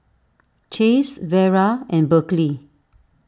Chase Vera and Berkley